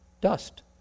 dust